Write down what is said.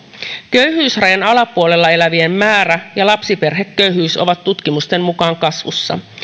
köyhyysrajan alapuolella elävien määrä ja lapsiperheköyhyys ovat tutkimusten mukaan kasvussa